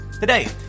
Today